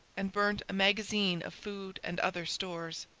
and burnt a magazine of food and other stores.